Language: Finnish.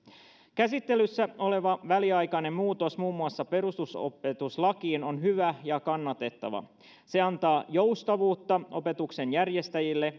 käsittelyssä oleva väliaikainen muutos muun muassa perusopetuslakiin on hyvä ja kannatettava se antaa joustavuutta opetuksen järjestäjille